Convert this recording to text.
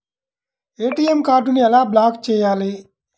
ATM కార్డుని ఎలా block చేయాలి?